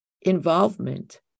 involvement